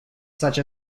such